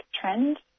trend